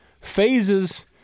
Phases